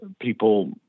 people